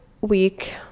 week